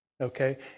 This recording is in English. Okay